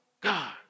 God